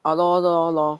orh lor lor lor